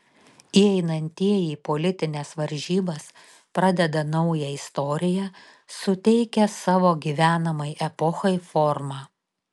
įeinantieji į politines varžybas pradeda naują istoriją suteikia savo gyvenamai epochai formą